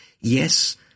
Yes